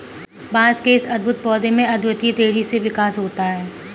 बांस के इस अद्भुत पौधे में अद्वितीय तेजी से विकास होता है